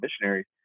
missionaries